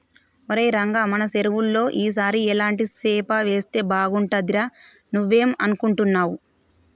ఒరై రంగ మన సెరువులో ఈ సారి ఎలాంటి సేప వేస్తే బాగుంటుందిరా నువ్వేం అనుకుంటున్నావ్